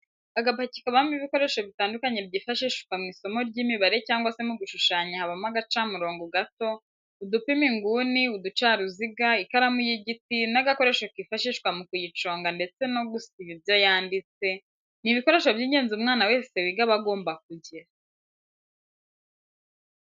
Agapaki kabamo ibikoresho bitandukanye byifashishwa mw'isomo ry'imibare cyangwa se mu gushushanya habamo agacamurongo gato, udupima inguni, uducaruziga, ikaramu y'igiti n'agakoresho kifashishwa mu kuyiconga ndetse n'ako gusiba ibyo yanditse, ni ibikoresho by'ingenzi umwana wese wiga aba agomba kugira.